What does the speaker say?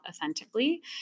authentically